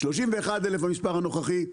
31,000 המספר הנוכחי,